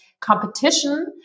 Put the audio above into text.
competition